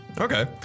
Okay